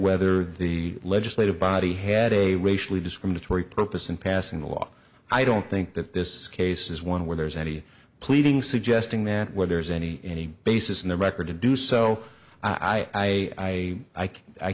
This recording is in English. whether the legislative body had a racially discriminatory purpose in passing the law i don't think that this case is one where there's any pleading suggesting that where there's any any basis in the record to do so i i i